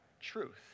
truth